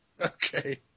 Okay